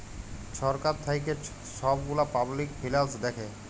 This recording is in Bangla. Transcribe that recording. ছরকার থ্যাইকে ছব গুলা পাবলিক ফিল্যাল্স দ্যাখে